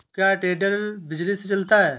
क्या टेडर बिजली से चलता है?